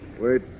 Wait